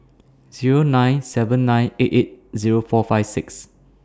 Zero nine seven nine eight eight Zero four five six